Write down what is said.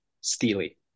Steely